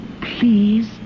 Please